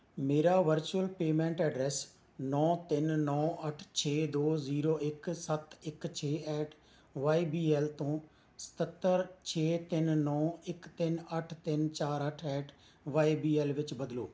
ਮੇਰਾ virtual payment address ਨੌਂ ਤਿੰਨ ਨੌਂ ਅੱਠ ਛੇ ਦੋ ਜ਼ੀਰੋ ਇੱਕ ਸੱਤ ਇੱਕ ਛੇ ਐਟ ਵਾਈ ਬੀ ਐੱਲ ਤੋਂ ਸਤੱਤਰ ਛੇ ਤਿੰਨ ਨੌਂ ਇੱਕ ਤਿੰਨ ਅੱਠ ਤਿੰਨ ਚਾਰ ਅੱਠ ਐਟ ਵਾਈ ਬੀ ਐੱਲ ਵਿੱਚ ਬਦਲੋ